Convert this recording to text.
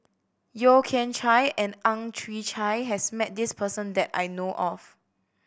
Yeo Kian Chye and Ang Chwee Chai has met this person that I know of